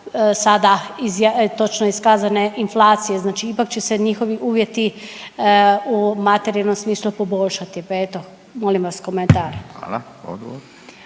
sada točno iskazane inflacije. Znači ipak će se njihovi uvjeti u materijalnom smislu poboljšati, pa eto molim vas komentar. **Radin,